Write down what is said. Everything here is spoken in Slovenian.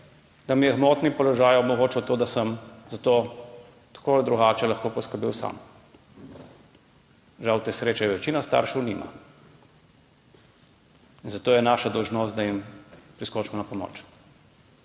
da mi je gmotni položaj omogočil to, da sem za to tako ali drugače lahko poskrbel sam. Žal te sreče večina staršev nima, zato je naša dolžnost, da jim priskočimo na pomoč.